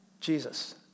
Jesus